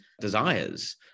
desires